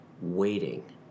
waiting